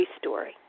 story